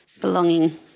Belonging